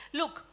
look